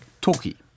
toki